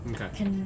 Okay